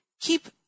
keep